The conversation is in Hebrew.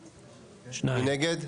2. מי נגד?